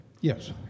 Yes